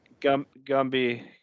Gumby